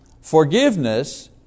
Forgiveness